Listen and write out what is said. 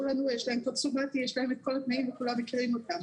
לנו כי יש להם את כל התנאים וכולם מכירים אותם.